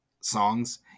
songs